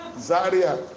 Zaria